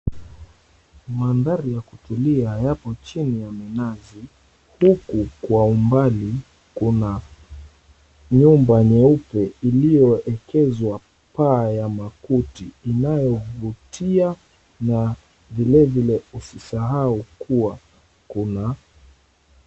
Mandhari ya kutulia yapo chini ya minazi huku kwa umbali kuna nyumba nyeupe iliyoekezwa paa ya makuti inayovutia na vilevile usisahau kuwa kuna...